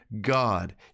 god